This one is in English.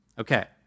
Okay